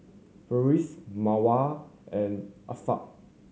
Farish Mawar and Afiq